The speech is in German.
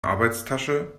arbeitstasche